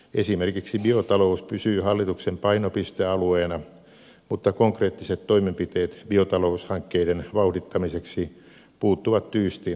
esimerkiksi biotalous pysyy hallituksen painopistealueena mutta konkreettiset toimenpiteet biotaloushankkeiden vauhdittamiseksi puuttuvat tyystin hallitusohjelmasta